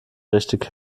richtig